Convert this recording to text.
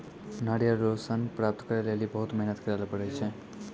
नारियल रो सन प्राप्त करै लेली बहुत मेहनत करै ले पड़ै छै